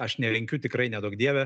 aš nelinkiu tikrai neduok dieve